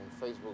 Facebook